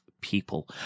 people